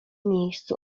miejscu